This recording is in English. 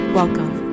welcome